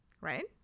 Right